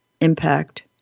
impact